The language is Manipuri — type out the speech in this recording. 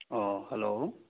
ꯑꯣ ꯍꯜꯂꯣ